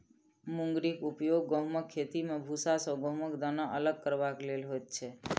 मुंगरीक उपयोग गहुमक खेती मे भूसा सॅ गहुमक दाना अलग करबाक लेल होइत छै